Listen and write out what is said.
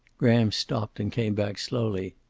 graham stopped, and came back slowly.